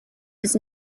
was